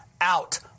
out